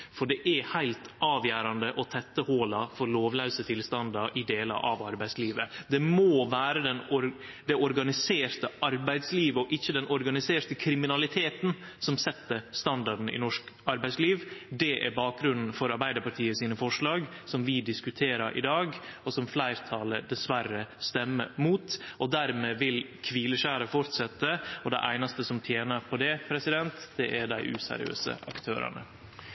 Det er heilt avgjerande å tette hola for lovlause tilstandar i delar av arbeidslivet. Det må vere det organiserte arbeidslivet og ikkje den organiserte kriminaliteten som set standarden i norsk arbeidsliv. Det er bakgrunnen for Arbeidarpartiets forslag, som vi diskuterer i dag, og som fleirtalet dessverre stemmer mot. Dermed vil kvileskjæret fortsetje, og dei einaste som tener på det, er dei useriøse aktørane.